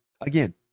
again